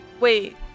Wait